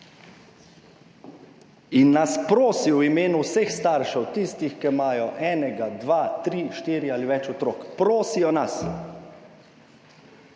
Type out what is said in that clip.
nas v imenu vseh staršev, tistih, ki imajo enega, dva, tri, štiri ali več otrok, prosijo nas,